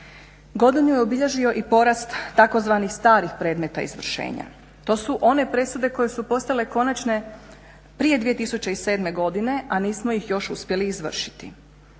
Godinu je obilježio i porast tzv. starih predmeta izvršenja. To su one presude koje su postale konačne prije 2007. godine, a nismo ih još uspjeli izvršili.